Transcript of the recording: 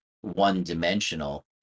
one-dimensional